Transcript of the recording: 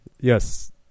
Yes